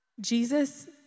Jesus